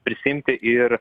prisiimti ir